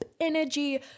energy